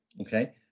okay